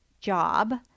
job